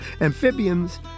amphibians